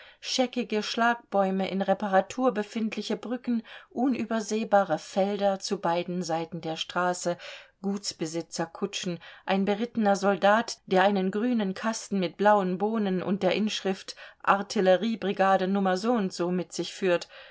scheckige schlagbäume in reparatur befindliche brücken unübersehbare felder zu beiden seiten der straße gutsbesitzerkutschen ein berittener soldat der einen grünen kasten mit blauen bohnen und der inschrift artilleriebrigade nummer soundso mit sich führt